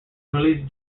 released